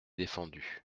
défendu